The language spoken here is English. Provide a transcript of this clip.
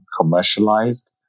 commercialized